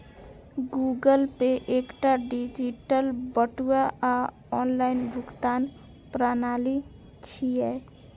Google Pay एकटा digital बटुआ आ ऑनलाइन भुगतान प्रणाली छियै